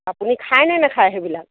আপুনি খায় নে নেখায় সেইবিলাক